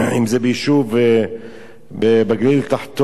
אם זה ביישוב בגליל התחתון,